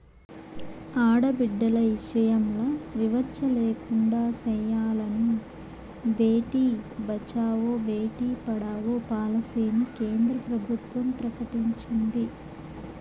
ఆడబిడ్డల ఇసయంల వివచ్చ లేకుండా సెయ్యాలని బేటి బచావో, బేటీ పడావో పాలసీని కేంద్ర ప్రభుత్వం ప్రకటించింది